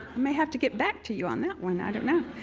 may have to get back to you on that one, i don't know.